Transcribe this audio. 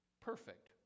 perfect